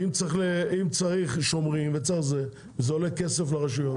ואם צריך שומרים וכו' וזה עולה לרשויות